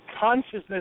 consciousness